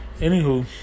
Anywho